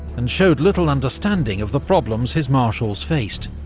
and showed little understanding of the problems his marshals faced.